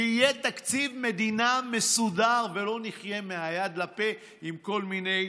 שיהיה תקציב מדינה מסודר ולא נחיה מהיד לפה עם כל מיני